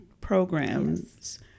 programs